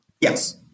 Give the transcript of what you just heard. Yes